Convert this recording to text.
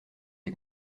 les